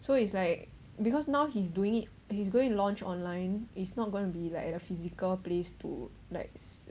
so it's like because now he's doing it and he's going to launch online it's not gonna be like at a physical place to like